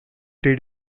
three